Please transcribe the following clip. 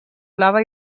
blava